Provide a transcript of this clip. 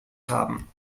haben